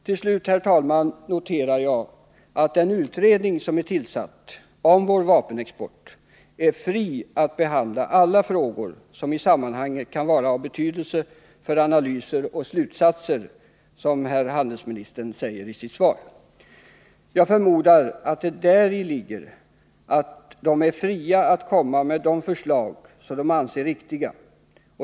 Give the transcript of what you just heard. Jag har uppmärksammat att den utredning som är tillsatt om vår vapenexport är fri att behandla alla frågor som i sammanhanget kan vara av betydelse för analyser och slutsatser, som herr handelsministern säger i sitt svar. Jag förmodar att det däri ligger att utredningens ledamöter är fria att komma med de förslag som de anser riktiga.